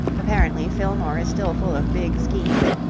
apparently fillmore is still full of big schemes,